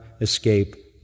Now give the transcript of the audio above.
escape